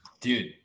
Dude